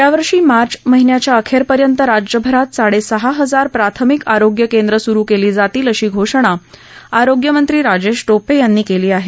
यावर्षी मार्च महिन्याच्या अखेरपर्यंत राज्यभरात साडेसहा हजार प्राथमिक आरोग्य केंद्र स्रु केली जातील अशी घोषणा आरोग्यमंत्री राजेश टोपे यांनी केली आहे